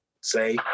say